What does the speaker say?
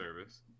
service